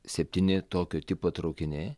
septyni tokio tipo traukiniai